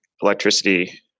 electricity